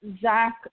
Zach